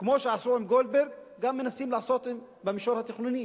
כמו שעשו עם גולדברג מנסים לעשות גם במישור התכנוני.